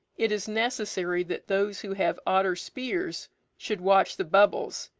it is necessary that those who have otter-spears should watch the bubbles,